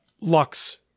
Lux